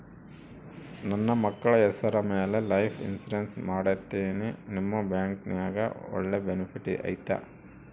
ನನ್ನ ಮಕ್ಕಳ ಹೆಸರ ಮ್ಯಾಲೆ ಲೈಫ್ ಇನ್ಸೂರೆನ್ಸ್ ಮಾಡತೇನಿ ನಿಮ್ಮ ಬ್ಯಾಂಕಿನ್ಯಾಗ ಒಳ್ಳೆ ಬೆನಿಫಿಟ್ ಐತಾ?